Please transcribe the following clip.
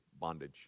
bondage